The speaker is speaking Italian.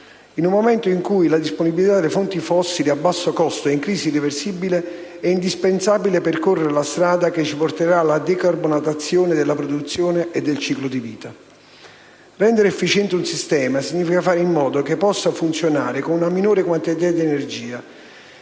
In un momento in cui la disponibilità delle fonti fossili a basso costo è in crisi irreversibile, è indispensabile percorrere la strada che ci porterà alla decarbonatazione della produzione e del ciclo di vita. Rendere efficiente un sistema significa fare in modo che possa funzionare con una minore quantità di energia